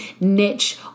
niche